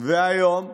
והיום,